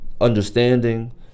understanding